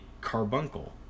carbuncle